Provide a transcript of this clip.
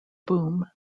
boom